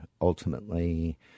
ultimately